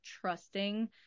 trusting